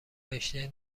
رشتهء